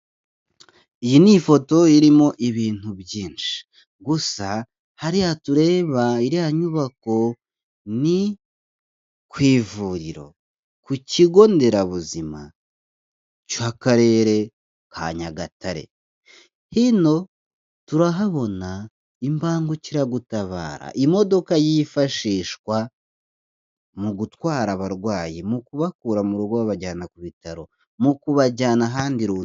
Iyi ni ifoto irimo ibintu byinshi, gusa hariya tureba, iriya nyubako ni ku ivuriro, ku kigo nderabuzima cy'Akarere ka Nyagatare, hino turahabona imbangukiragutabara, imodoka yifashishwa mu gutwara abarwayi mu kubakura mu rugo babajyana ku bitaro, mu kubajyana ahandi runaka.